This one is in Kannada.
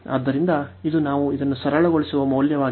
ಆದ್ದರಿಂದ ಇದು ನಾವು ಇದನ್ನು ಸರಳಗೊಳಿಸುವ ಮೌಲ್ಯವಾಗಿದೆ